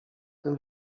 tym